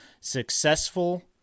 successful